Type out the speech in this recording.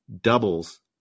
doubles